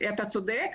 אתה צודק.